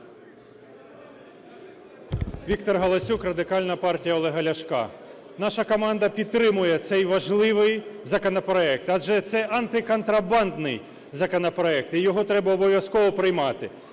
Віктор Галасюк, Радикальна партія Олега Ляшка. Наша команда підтримує цей важливий законопроект, адже це антиконтрабандний законопроект і його треба обов'язково приймати.